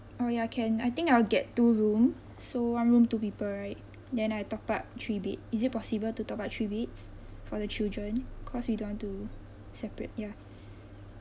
oh ya can I think I will get two room so one room two people right then I top up three bed is it possible to top up three beds for the children cause we don't want to separate ya